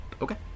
Okay